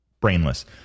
brainless